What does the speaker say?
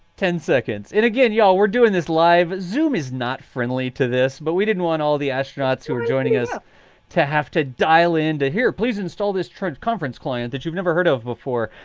ten seconds, and again y'all we're doing this live. zoom is not friendly to this, but we didn't want all the astronauts who are joining us to have to dial in to hear please install this trend conference client that you've never heard of before.